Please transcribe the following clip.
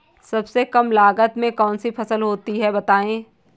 सबसे कम लागत में कौन सी फसल होती है बताएँ?